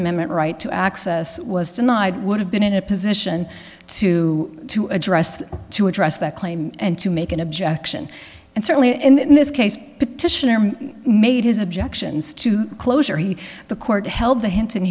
amendment right to access was denied would have been in a position to to address the to address that claim and to make an objection and certainly in this case petitioner made his objections to closure he the court held the hintin